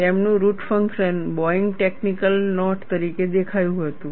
તેમનું root function Boeing technical note તરીકે દેખાયું હતું